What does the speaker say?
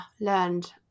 learned